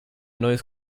neues